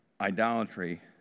idolatry